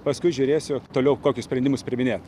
paskui žiūrėsiu toliau kokius sprendimus priiminėt